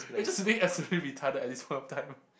we're just sitting absolutely retarded at this point of time